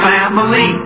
Family